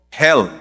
hell